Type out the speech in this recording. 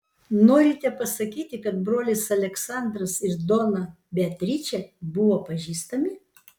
norite pasakyti kad brolis aleksandras ir dona beatričė buvo pažįstami